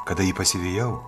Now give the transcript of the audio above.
kada jį pasivijau